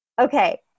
okay